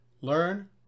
learn